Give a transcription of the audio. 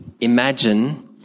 imagine